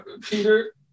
peter